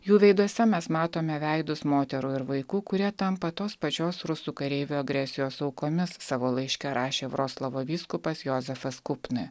jų veiduose mes matome veidus moterų ir vaikų kurie tampa tos pačios rusų kareivių agresijos aukomis savo laiške rašė vroclavo vyskupas jozefas kupne